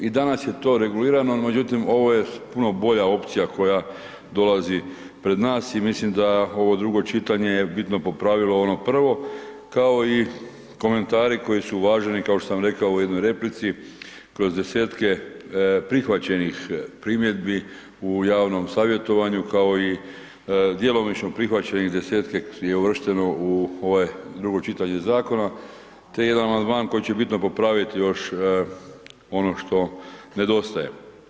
I danas je to regulirano, no međutim ovo je puno bolja opcija koja dolazi pred nas i mislim da ovo drugo čitanje je bitno popravilo ono prvo, kao i komentari koji su uvaženi, kao što sam rekao u jednoj replici kroz desetke prihvaćenih primjedbi u javnom savjetovanju kao i djelomično prihvaćeni desetke je uvršteno u ovaj drugo čitanje zakona, te jedan amandman koji će bitno popraviti još ono što nedostaje.